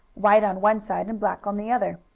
white on one side, and black on the other.